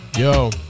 yo